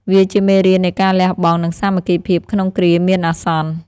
វាជាមេរៀននៃការលះបង់ និងសាមគ្គីភាពក្នុងគ្រាមានអាសន្ន។